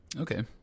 okay